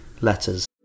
letters